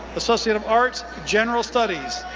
associate of arts, general studies.